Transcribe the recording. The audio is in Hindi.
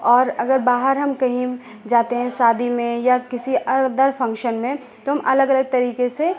और अगर बाहर हम कहीं जाते हैं शादी में या किसी अदर फ़ंक्शन में तो हम अलग अलग तरीके से